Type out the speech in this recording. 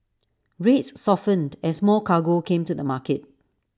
rates softened as more cargo came to the market